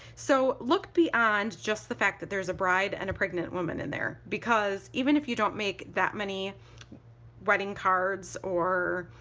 so look beyond just the fact that there's a bride and a pregnant woman in there because even if you don't make that many wedding cards or